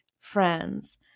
friends